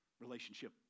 relationship